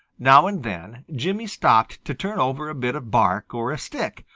now and then jimmy stopped to turn over a bit of bark or a stick,